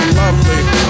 lovely